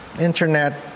Internet